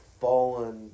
fallen